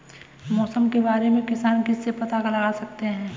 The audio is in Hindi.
मौसम के बारे में किसान किससे पता लगा सकते हैं?